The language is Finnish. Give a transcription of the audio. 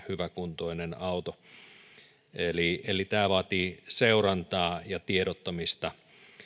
hyväkuntoinen auto eli eli tämä vaatii seurantaa ja tiedottamista